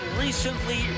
recently